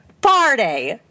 party